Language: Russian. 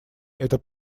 это